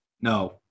No